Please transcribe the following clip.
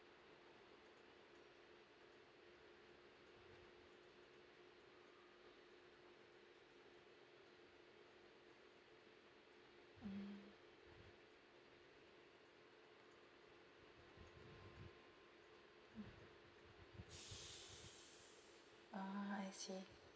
mm ah I see